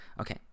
Okay